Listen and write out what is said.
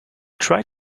tried